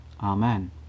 amen